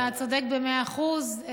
אתה צודק במאה אחוז.